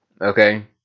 okay